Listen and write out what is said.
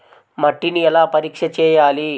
మట్టిని ఎలా పరీక్ష చేయాలి?